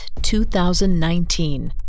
2019